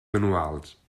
anuals